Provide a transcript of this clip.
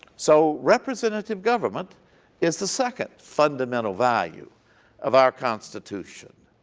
so representative government is the second fundamental value of our constitution.